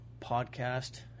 podcast